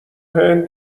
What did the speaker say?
هند